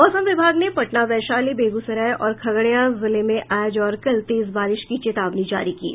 मौसम विभाग ने पटना वैशाली बेगूसराय और खगड़िया जिले में आज और कल तेज बारिश की चेतावनी जारी की है